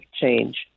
change